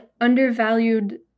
undervalued